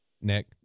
Nick